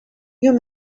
your